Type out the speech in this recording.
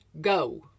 go